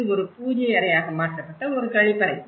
இது ஒரு பூஜை அறையாக மாற்றப்பட்ட ஒரு கழிப்பறை